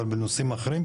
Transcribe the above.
אבל בנושאים אחרים,